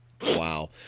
Wow